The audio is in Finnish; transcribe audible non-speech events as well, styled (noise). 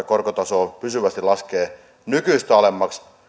(unintelligible) korkotasoa pysyvästi laskea nykyistä alemmaksi